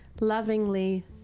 lovingly